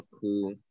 cool